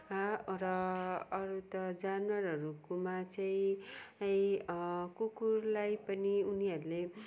र अरू त जनावररूकोमा चाहिँ कुकुरलाई पनि उनीहरूले